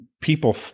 people